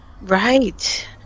Right